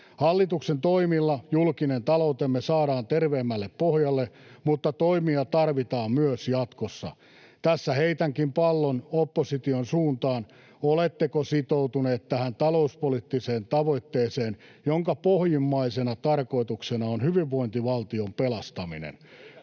Hallituksen toimilla julkinen taloutemme saadaan terveemmälle pohjalle, mutta toimia tarvitaan myös jatkossa. Tässä heitänkin pallon opposition suuntaan: oletteko sitoutuneet tähän talouspoliittiseen tavoitteeseen, jonka pohjimmaisena tarkoituksena on hyvinvointivaltion pelastaminen?